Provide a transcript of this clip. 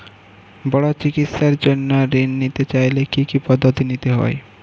বড় চিকিৎসার জন্য ঋণ নিতে চাইলে কী কী পদ্ধতি নিতে হয়?